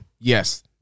yes